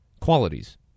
qualities